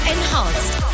Enhanced